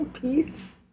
Peace